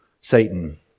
Satan